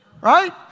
right